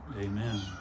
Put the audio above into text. Amen